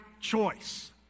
choice